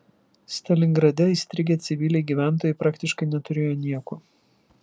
stalingrade įstrigę civiliai gyventojai praktiškai neturėjo nieko